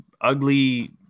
ugly